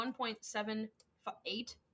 1.78